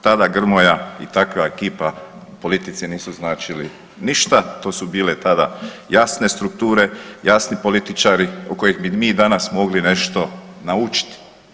Tada Grmoja i takva ekipa politici nisu značili ništa, to su bile tada jasne strukture, jasni političari u kojeg bi mi danas mogli nešto naučiti.